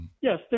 Yes